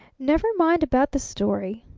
never mind about the story,